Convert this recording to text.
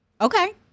Okay